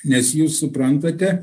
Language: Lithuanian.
nes jūs suprantate